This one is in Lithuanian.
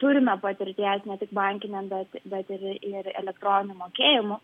turime patirties ne tik bankinę bet bet ir ir elektroninių mokėjimų